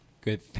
Good